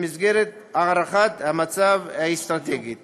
במסגרת הערכת המצב האסטרטגית